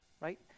Right